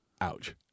Ouch